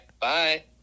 Bye